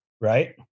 right